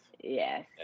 yes